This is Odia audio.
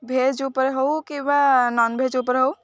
ଭେଜ୍ ଉପରେ ହେଉ କିମ୍ବା ନନ୍ଭେଜ୍ ଉପରେ ହେଉ